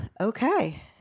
okay